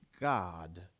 God